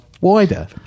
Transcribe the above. wider